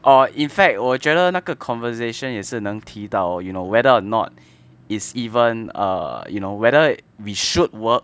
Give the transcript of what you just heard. or in fact 我觉得那个 conversation 也是能提到 you know whether or not it's even err you know whether we should work